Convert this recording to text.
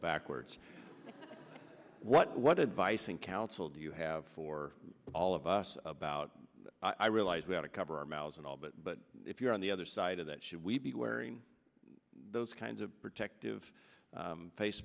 backwards what what advice and counsel do you have for all of us about i realize we have to cover our miles and all but but if you're on the other side of that should we be wearing those kinds of protective face